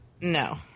No